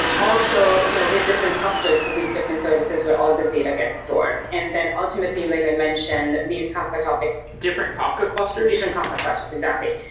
also, you know we have different clusters for these different services where all these data gets stored. and then ultimately, like i mentioned, these kafka topics different kafka clusters? different kafka clusters. exactly.